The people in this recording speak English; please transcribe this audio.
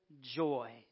joy